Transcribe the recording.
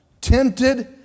tempted